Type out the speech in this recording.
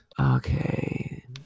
Okay